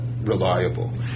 reliable